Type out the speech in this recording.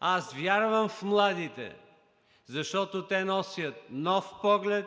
Аз вярвам в младите, защото те носят нов поглед,